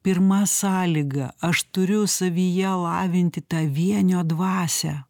pirma sąlyga aš turiu savyje lavinti tą vienio dvasią